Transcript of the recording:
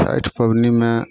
छठि पबनीमे